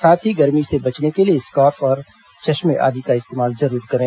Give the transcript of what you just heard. साथ ही गर्मी से बचने के लिए स्कार्फ और चश्में आदि का इस्तेमाल जरूर करें